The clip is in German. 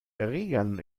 erregern